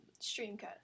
Streamcut